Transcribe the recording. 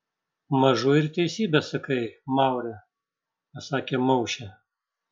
mažu ir teisybę sakai maure pasakė maušė